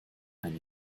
eine